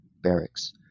barracks